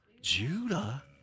Judah